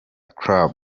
club